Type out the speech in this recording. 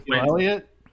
Elliott